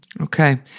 Okay